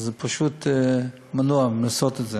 אז פשוט אנו מנועים מלעשות את זה.